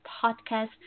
podcast